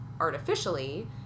artificially